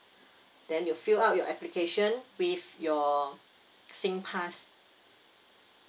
then you fill up your application with your Singpass